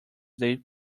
they